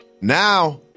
now